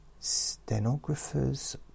Stenographers